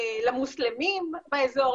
למוסלמים באזור,